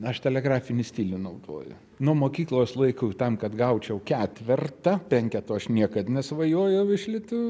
aš telegrafinį stilių naudoju nuo mokyklos laikų tam kad gaučiau ketvertą penketo aš niekad nesvajojau iš lietuvių